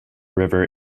river